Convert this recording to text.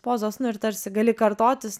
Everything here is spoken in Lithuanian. pozos nu ir tarsi gali kartotis